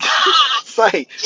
say